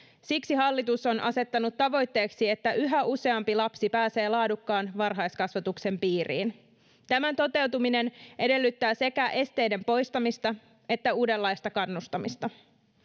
siksi hallitus on asettanut tavoitteeksi että yhä useampi lapsi pääsee laadukkaan varhaiskasvatuksen piiriin tämän toteutuminen edellyttää sekä esteiden poistamista että uudenlaista kannustamista